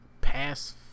pass